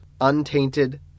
untainted